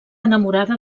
enamorada